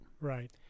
Right